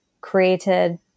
created